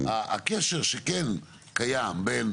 הקשר שכן קיים בין